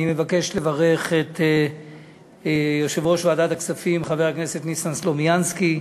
מבקש לברך את יו"ר ועדת הכספים חבר הכנסת ניסן סלומינסקי,